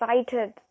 excited